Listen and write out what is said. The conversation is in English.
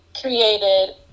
created